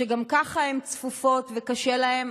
שגם כך הן צפופות וקשה להן,